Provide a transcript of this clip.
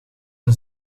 een